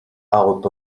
out